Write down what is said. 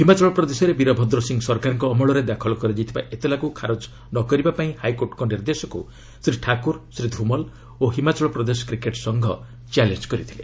ହିମାଚଳ ପ୍ରଦେଶରେ ବୀରଭଦ୍ର ସିଂ ସରକାରଙ୍କ ଅମଳରେ ଦାଖଲ କରାଯାଇଥିବା ଏତଲାକୁ ଖାରଜ ନ କରିବାପାଇଁ ହାଇକୋର୍ଟଙ୍କ ନିର୍ଦ୍ଦେଶକୁ ଶ୍ରୀ ଠାକୁର ଶ୍ରୀ ଧୁମାଲ୍ ଓ ହିମାଚଳ ପ୍ରଦେଶ କ୍ରିକେଟ୍ ସଂଘ ଚ୍ୟାଲେଞ୍ଜ୍ କରିଥିଲେ